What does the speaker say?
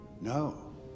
No